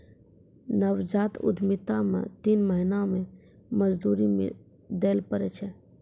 नवजात उद्यमिता मे तीन महीना मे मजदूरी दैल पड़ै छै